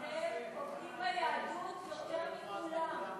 אתם פוגעים ביהדות יותר מכולם,